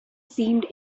seemed